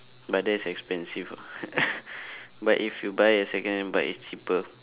but that is expensive ah but if you buy a second hand bike it's cheaper